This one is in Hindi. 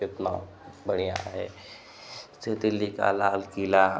कितना बढ़िया है जैसे दिल्ली का लाल किला